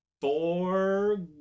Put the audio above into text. four